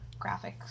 graphics